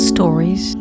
Stories